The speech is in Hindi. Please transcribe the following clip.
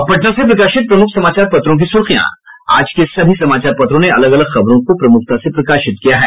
अब पटना से प्रकाशित प्रमुख समाचार पत्रों की सुर्खियां आज के सभी समाचार पत्रों ने अलग अलग खबरों को प्रमुखता से प्रकाशित किया है